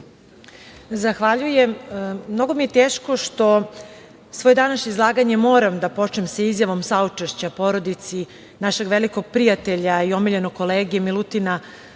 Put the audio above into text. Zahvaljujem. Mnogo mi je teško što svoje današnje izlaganje moram da počnem izjavom saučešća porodici našeg velikog prijatelja i omiljenog kolege Milutina